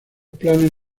planes